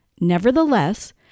Nevertheless